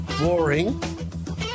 Flooring